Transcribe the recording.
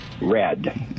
red